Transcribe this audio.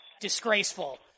disgraceful